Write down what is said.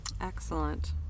Excellent